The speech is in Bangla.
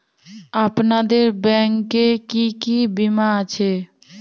আপনাদের ব্যাংক এ কি কি বীমা আছে?